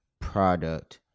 product